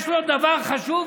יש לו דבר חשוב?